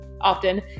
often